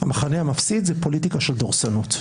המחנה המפסיד, זה פוליטיקה של דורסנות.